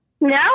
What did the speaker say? No